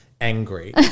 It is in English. angry